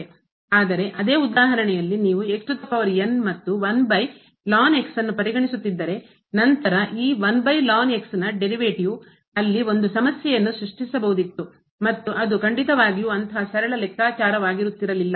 ಆದರೆ ಅದೇ ಉದಾಹರಣೆಯಲ್ಲಿ ನೀವು ಮತ್ತು ಪರಿಗಣಿಸುತ್ತಿದ್ದರೆ ನಂತರ ಈ ನ derivative ಉತ್ಪನ್ನವು ಅಲ್ಲಿ ಒಂದು ಸಮಸ್ಯೆಯನ್ನು ಸೃಷ್ಟಿಸಬಹುದಿತ್ತು ಮತ್ತು ಅದು ಖಂಡಿತವಾಗಿಯೂ ಅಂತಹ ಸರಳ ಲೆಕ್ಕಾಚಾರವಾಗಿರುತ್ತಿರಲಿಲ್ಲ